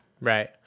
right